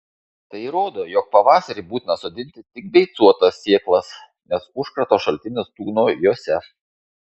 tai rodo jog pavasarį būtina sodinti tik beicuotas sėklas nes užkrato šaltinis tūno jose